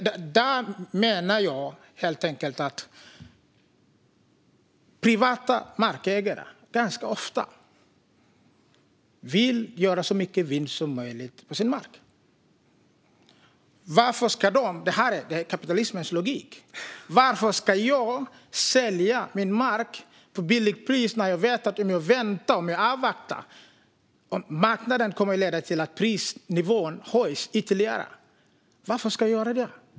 I det fallet menar jag helt enkelt att privata markägare ganska ofta vill göra så mycket vinst som möjligt på sin mark. Detta är kapitalismens logik. Varför ska jag sälja min mark billigt när jag vet att om jag avvaktar kommer marknaden att leda till att prisnivån höjs ytterligare. Varför skulle jag göra det?